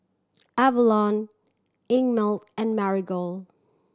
Avalon Einmilk and Marigold